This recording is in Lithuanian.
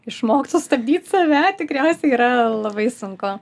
išmokt sustabdyt save tikriausiai yra labai sunku